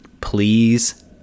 please